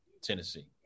Tennessee